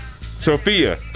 Sophia